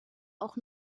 auch